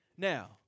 Now